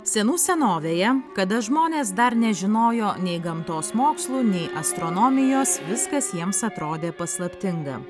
senų senovėje kada žmonės dar nežinojo nei gamtos mokslų nei astronomijos viskas jiems atrodė paslaptinga